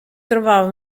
trovava